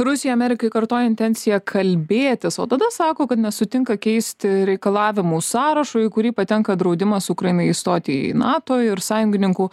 rusija amerikai kartoja intenciją kalbėtis o tada sako kad nesutinka keisti reikalavimų sąrašu į kurį patenka draudimas ukrainai įstoti į nato ir sąjungininkų